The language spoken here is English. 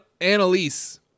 Annalise